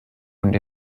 und